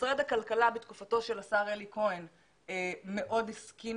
משרד הכלכלה בתקופתו של השר אלי כהן מאוד הסכים